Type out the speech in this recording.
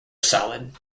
solid